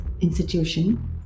institution